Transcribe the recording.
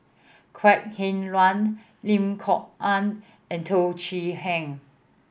Kok Heng Leun Lim Kok Ann and Teo Chee Hean